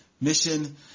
mission